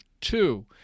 two